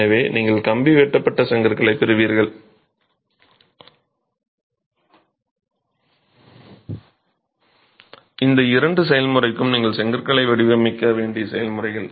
எனவே நீங்கள் கம்பி வெட்டப்பட்ட செங்கற்களைப் பெறுவீர்கள் இந்த இரண்டு செயல்முறைகளும் நீங்கள் செங்கற்களை வடிவமைக்க வேண்டிய செயல்முறைகள்